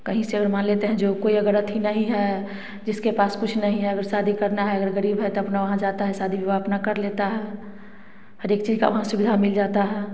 कहीं से अगर मान लेते हैं जो कोई अगर अथी नहीं है जिसके पास कुछ नहीं है अगर शादी करना है अगर गरीब है तो अपना वहाँ जाता है शादी विवाह अपना कर लेता है हर एक चीज़ का वहाँ सुविधा मिल जाता है